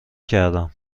کردم